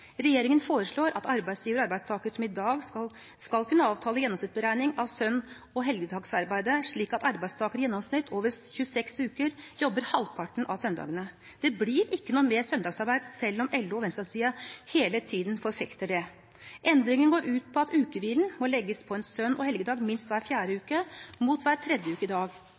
Regjeringen foreslår at arbeidsgiver og arbeidstaker – som i dag – skal kunne avtale gjennomsnittsberegning av søn- og helligdagsarbeid, slik at arbeidstaker i gjennomsnitt over 26 uker jobber halvparten av søndagene. Det blir ikke noe mer søndagsarbeid selv om LO og venstresiden hele tiden forfekter det. Endringen går ut på at ukehvilen må legges på en søn- og helligdag minst hver fjerde uke, mot hver tredje uke i dag.